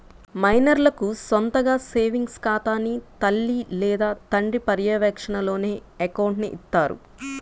మైనర్లకు సొంతగా సేవింగ్స్ ఖాతాని తల్లి లేదా తండ్రి పర్యవేక్షణలోనే అకౌంట్ని ఇత్తారు